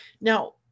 Now